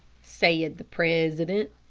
said the president,